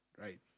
right